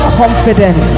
confident